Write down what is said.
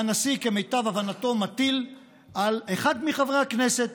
והנשיא, כמיטב הבנתו, מטיל על אחד מחברי הכנסת,